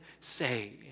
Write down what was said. say